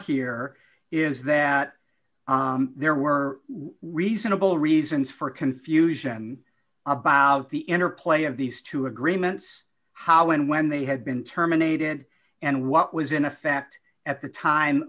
here is that there were reasonable reasons for confusion about the interplay of these two agreements how and when they had been terminated and what was in effect at the time